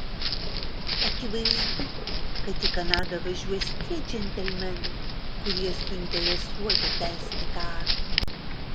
akivaizdu kad į kanadą važiuos tie džentelmenai kurie suinteresuoti tęsti karą